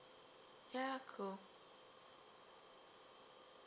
ya cool